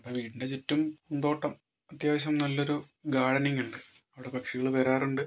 നമ്മുടെ വീടിന്റെ ചുറ്റും പൂന്തോട്ടം അത്യാവശ്യം നല്ലൊരു ഗാർഡനിങ്ങ് ഉണ്ട് അവിടെ പക്ഷികൾ വരാറുണ്ട്